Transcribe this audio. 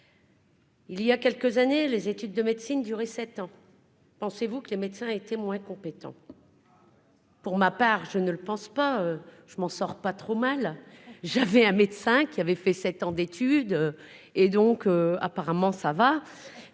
Il y a quelques années, les études de médecine duré 7 ans. Pensez-vous que les médecins été moins. Pour ma part, je ne le pense pas, je m'en sors pas trop mal, j'avais un médecin qui avait fait 7 ans d'études et donc apparemment ça va.